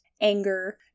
anger